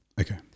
okay